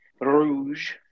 rouge